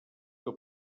que